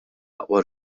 aqwa